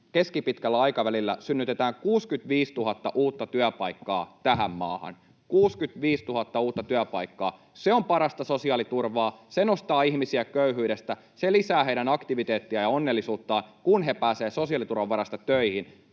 keskipitkällä aikavälillä synnytetään 65 000 uutta työpaikkaa tähän maahan. 65 000 uutta työpaikkaa: se on parasta sosiaaliturvaa, se nostaa ihmisiä köyhyydestä, se lisää heidän aktiviteettiaan ja onnellisuutta, kun he pääsevät sosiaaliturvan varasta töihin.